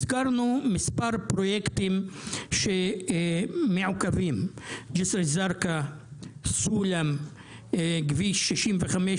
הזכרנו מספר פרויקטים שמעוכבים: ג'סר א-זרקא; סולם; כביש 65,